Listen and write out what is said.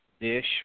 dish